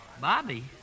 Bobby